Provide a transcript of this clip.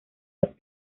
los